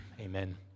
Amen